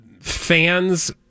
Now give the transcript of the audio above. fans